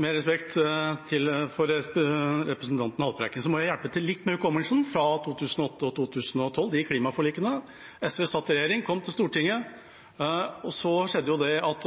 Med respekt for representanten Haltbrekken må jeg hjelpe til litt med hukommelsen når det gjelder 2008 og 2012 og klimaforlikene da. SV satt i regjering og kom til Stortinget, og da skjedde det at